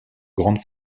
grandes